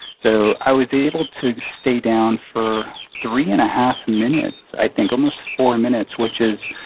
so i was able to stay down for three and a half minutes, i think, almost four minutes, which is,